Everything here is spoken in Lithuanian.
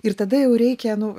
ir tada jau reikia nu